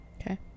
Okay